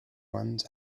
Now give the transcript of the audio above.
ones